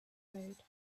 road